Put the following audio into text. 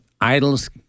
Idols